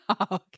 okay